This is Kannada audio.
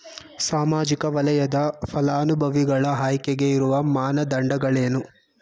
ಸಾಮಾಜಿಕ ವಲಯದ ಫಲಾನುಭವಿಗಳ ಆಯ್ಕೆಗೆ ಇರುವ ಮಾನದಂಡಗಳೇನು?